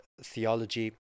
theology